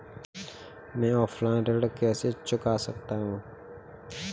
मैं ऑफलाइन ऋण कैसे चुका सकता हूँ?